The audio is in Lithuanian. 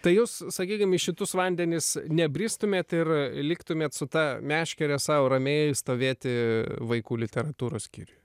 tai jūs sakykim į kitus vandenis nedrįstumėt ir liktumėt su ta meškere sau ramiai stovėti vaikų literatūros skyriuj